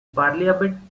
parliament